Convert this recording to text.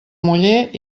muller